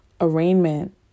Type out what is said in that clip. arraignment